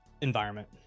Environment